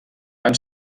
van